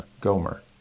Gomer